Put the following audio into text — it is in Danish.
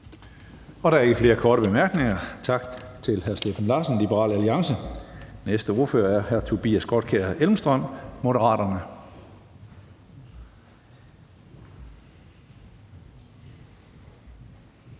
Der er ikke flere korte bemærkninger. Tak til hr. Steffen Larsen, Liberal Alliance. Den næste ordfører er hr. Tobias Grotkjær Elmstrøm, Moderaterne.